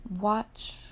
watch